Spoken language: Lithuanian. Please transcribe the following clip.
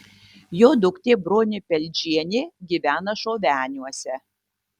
jo duktė bronė peldžienė gyvena šoveniuose